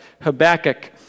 Habakkuk